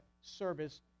service